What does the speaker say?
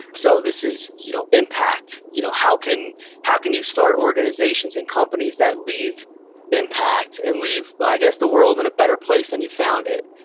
so, this is you know impact. you know how can how can you start organizations and companies that leave impact, and leave i guess the world in a better place than and you found it?